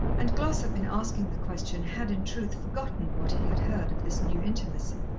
and glossop in asking the question had in truth forgotten what he had heard of this new intimacy.